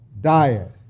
diet